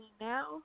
now